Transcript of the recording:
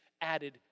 added